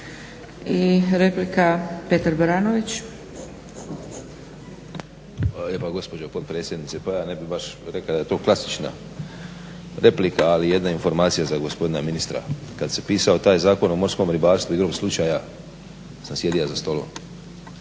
I replika Petar Baranović.